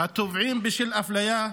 התובעים בשל אפליה,